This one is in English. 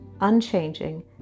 unchanging